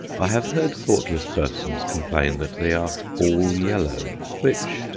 i have heard thoughtless persons complain that they are all yellow which,